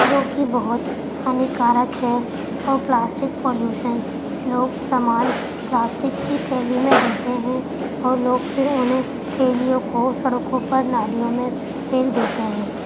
جوکہ بہت ہانیکارک ہے اور پلاسٹک پالوشن لوگ سامان پلاسٹک کی تھیلی میں دیتے ہیں اور لوگ پھر انہیں تھیلیوں کو سڑکوں پر نالیوں میں پھینک دیتے ہیں